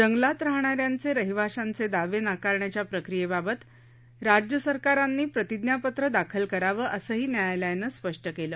जंगलात राहणा यांचे रहिवासाचे दावे नाकारण्याच्या प्रक्रियेबाबत राज्य सरकारांनी प्रतिज्ञापत्र दाखल करावं असंही न्यायालयानं स्पष्ट केलं